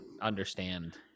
understand